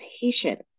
patience